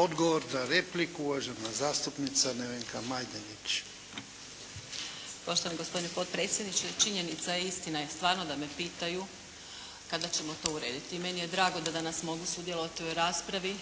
Odgovor na repliku, uvažena zastupnica Nevenka Majdenić. **Majdenić, Nevenka (HDZ)** Poštovani gospodine potpredsjedniče. Činjenica je istina, stvarno da me pitaju, kada ćemo to urediti. Meni je drago da danas mogu sudjelovati u ovoj raspravi